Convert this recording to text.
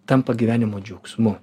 tampa gyvenimo džiaugsmu